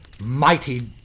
mighty